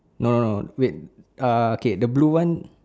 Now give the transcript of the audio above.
no no no wait uh okay the blue [one]